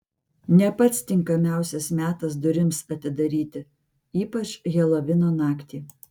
ne pats tinkamiausias metas durims atidaryti ypač helovino naktį